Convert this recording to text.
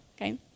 okay